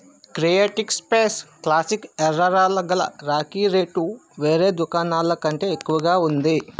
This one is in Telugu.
క్రియేటిక్ స్పేస్ క్లాసిక్ ఎర్ర రాళ్ళ గల రాఖీ రేటు వేరే దుకాణాల కంటే ఎక్కువగా ఉంది